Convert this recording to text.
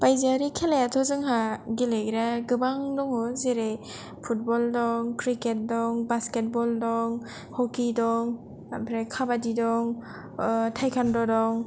बायजोआरि खेलायाथ जोंहा गेलेग्राया गोबां दङ जेरै पुथबल दं क्रिकेट दं बास्केटबल दं हकि दं आमफ्राय काबादि दं टाइखान्द दं